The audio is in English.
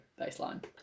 baseline